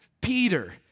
Peter